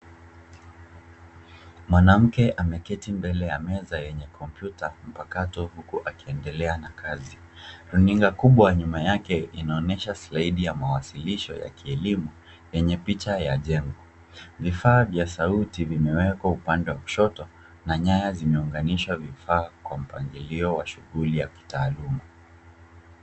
Mwanamke ameketi mbele ya meza yenye kompyuta mpakato huku akiendelea na kazi. Runinga kubwa nyuma yake inaonyesha slide ya mawasilisho ya kielimu yenye picha ya jengo. Vifaa vya sauti vimewekwa upande wa kushoto na nyaya zimeunganisha vifaa kwa mpangilio wa shughuli ya kitaaluma.